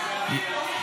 הצבעה.